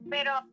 Pero